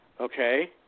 Okay